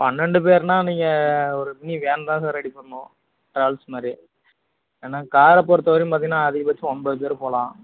பன்னெண்டு பேர்னா நீங்கள் ஒரு மினி வேன் தான் சார் ரெடி பண்ணனும் டிராவல்ஸ் மாதிரி ஏன்னா காரைப்பொறுத்த வரையும் பார்த்தீங்கன்னா அதிகபட்சம் ஒன்பது பேர் போலாம்